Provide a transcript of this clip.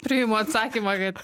priimu atsakymą kad